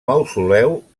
mausoleu